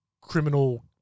criminal